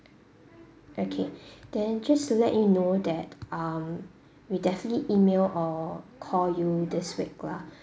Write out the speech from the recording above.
okay then just to let you know that um we'll definitely email or call you this week lah